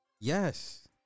Yes